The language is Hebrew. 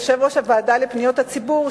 יושב-ראש הוועדה לפניות הציבור,